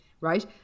right